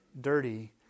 Dirty